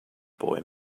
boy